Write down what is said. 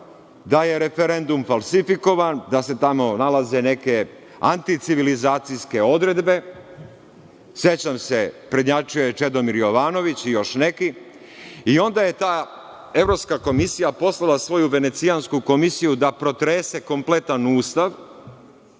da je referendum falsifikovan, da se tamo nalaze neke anti civilizacijske odredbe. Sećam se prednjačio je Čedomir Jovanović i još neki, i onda je ta Evropska komisija poslala svoju Venecijansku komisiju da protrese kompletan Ustav